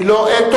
היא לא אתוס,